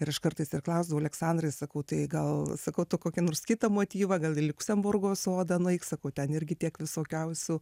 ir aš kartais ir klausdavau aleksandrai sakau tai gal sakau tu kokį nors kitą motyvą gal į liuksemburgo sodą nueik sakau ten irgi tiek visokiausių